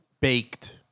Baked